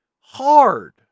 hard